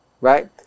right